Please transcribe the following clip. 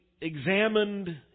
examined